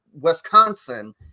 Wisconsin